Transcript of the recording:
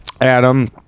Adam